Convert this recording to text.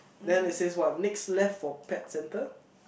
then it says what next left for pet centre